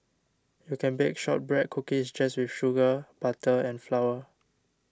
you can bake Shortbread Cookies just with sugar butter and flour